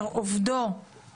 אשר עובדו נכנס בשערי אתר ייצור,